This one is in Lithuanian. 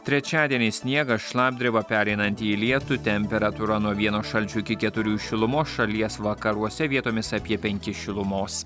trečiadienį sniegas šlapdriba pereinanti į lietų temperatūra nuo vieno šalčio iki keturių šilumos šalies vakaruose vietomis apie penkis šilumos